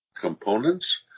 components